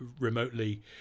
remotely